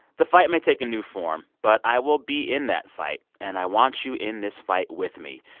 the fight may take a new form, but i will be in that fight. and i want you in this fight with me.